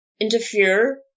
interfere